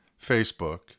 facebook